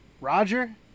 Roger